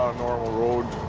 ah normal road,